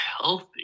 healthy